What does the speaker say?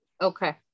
Okay